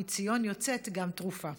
מציון יוצאת גם תרופה.